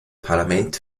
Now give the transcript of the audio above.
parlament